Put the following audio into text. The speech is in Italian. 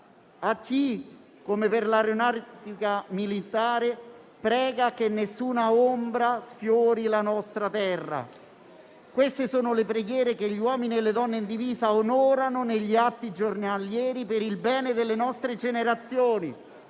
A chi, come per l'Aeronautica militare, prega che nessuna ombra sfiori la nostra terra. Queste sono le preghiere che gli uomini e le donne in divisa onorano negli atti giornalieri per il bene delle nostre generazioni,